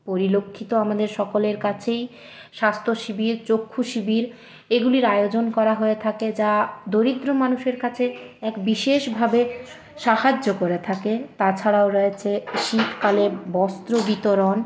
পরিলক্ষিত আমাদের সকলের কাছেই স্বাস্থ্য শিবির চক্ষু শিবির এগুলির আয়োজন করা হয়ে থাকে যা দরিদ্র মানুষের কাছে এক বিশেষভাবে সাহায্য করে থাকে তাছাড়াও রয়েছে শীতকালে বস্ত্র বিতরণ